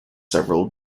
several